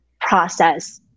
process